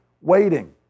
waiting